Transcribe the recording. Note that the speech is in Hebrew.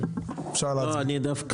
אני מחדש את